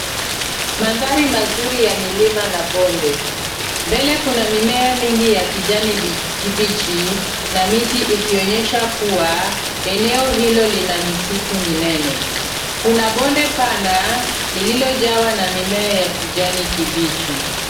Mandhari mazuri ya milima na bonde, mbele kuna mimea mingi ya kijani kibichi na miti ikionyesha kua eneo hilo lina misitu minene, Kuna bonde pana lililojawa na mimea ya kijani kibichi.